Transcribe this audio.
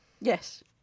Yes